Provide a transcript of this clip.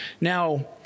Now